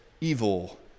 evil